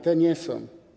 Te nie są.